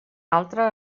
altre